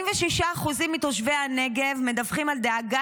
46% מתושבי הנגב מדווחים על דאגה